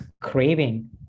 craving